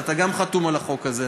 גם אתה חתום על החוק הזה,